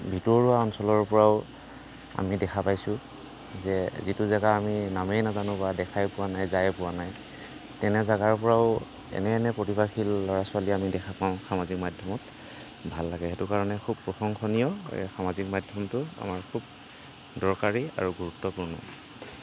ভিতৰুৱা অঞ্চলৰপৰাও আমি দেখা পাইছো যে যিটো জেগা আমি নামেই নাজানো বা দেখাই পোৱা নাই যায়ে পোৱা নাই তেনে জেগাৰপৰাও এনে এনে প্ৰতিভাশীল ল'ৰা ছোৱালী আমি দেখা পাওঁ সামাজিক মাধ্যমত ভাল লাগে সেইটো কাৰণে খুব প্ৰশংসনীয় এই সামাজিক মাধ্যমটো আমাৰ খুব দৰকাৰী আৰু গুৰুত্বপূৰ্ণ